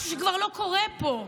משהו שכבר לא קורה פה.